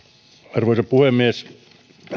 arvoisa puhemies